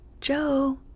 Joe